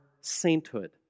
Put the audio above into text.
sainthood